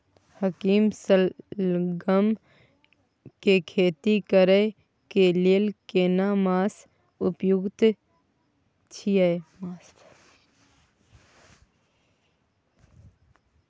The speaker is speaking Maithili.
हाकीम सलगम के खेती करय के लेल केना मास उपयुक्त छियै?